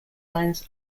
lines